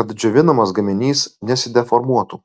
kad džiovinamas gaminys nesideformuotų